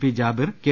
P Jabir K